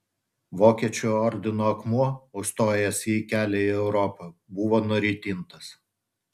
vokiečių ordino akmuo užstojęs jai kelią į europą buvo nuritintas